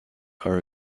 are